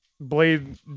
Blade